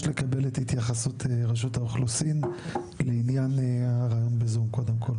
לקבל את התייחסות רשות האוכלוסין לעניין הריאיון בזום קודם כל.